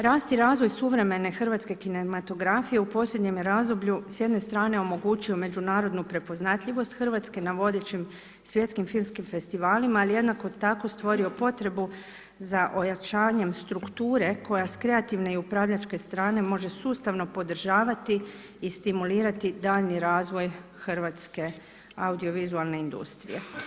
Rast i razvoj suvremene hrvatske kinematografije u posljednjem je razdoblju s jedne strane omogućio međunarodnu prepoznatljivost Hrvatske na vodećim svjetskim filmskim festivalima, ali jednako tako stvorio potrebu za ojačanjem strukture koja s kreativne i upravljačke strane može sustavno podržavati i stimulirati daljnji razvoj hrvatska audiovizualne industrije.